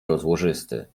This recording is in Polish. rozłożysty